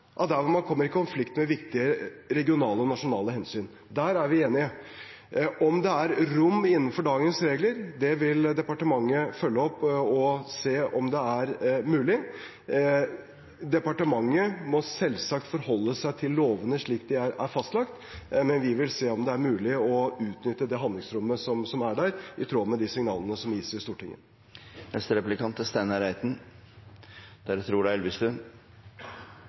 av der hvor man kommer i konflikt med viktige regionale og nasjonale hensyn. Der er vi enige. Om det er rom innenfor dagens regler, vil departementet følge opp og se på om er mulig. Departementet må selvsagt forholde seg til lovene slik de er fastlagt, men vi vil se om det er mulig å utnytte det handlingsrommet som er der, i tråd med de signalene som gis i Stortinget. Min replikk kommer i forlengelsen av det som representanten Terje Aasland tok opp. Gjennom komitébehandlingen er